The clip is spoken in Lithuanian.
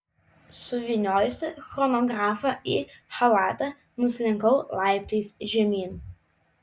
suvyniojusi chronografą į chalatą nuslinkau laiptais žemyn